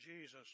Jesus